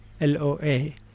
L-O-A